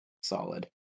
solid